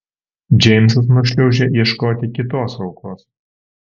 džeimsas nušliaužia ieškoti kitos aukos